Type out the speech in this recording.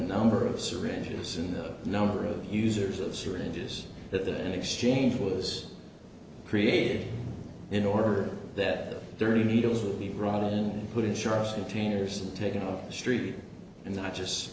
number of syringes and the number of users of syringes that there and exchange was created in order that dirty needles would be brought in and put insurance containers taken off the street and not just